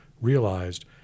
realized